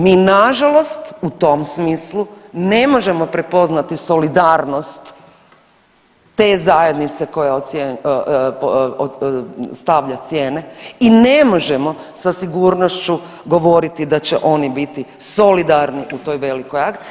Mi na žalost u tom smislu ne možemo prepoznati solidarnost te zajednice koja stavlja cijene i ne možemo sa sigurnošću govoriti da će oni biti solidarni u toj velikoj akciji.